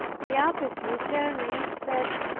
the abbess returning, said,